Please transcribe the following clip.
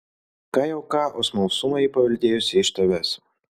ką jau ką o smalsumą ji paveldėjusi iš tavęs